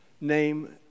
name